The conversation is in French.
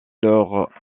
lors